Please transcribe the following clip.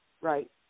Right